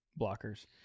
blockers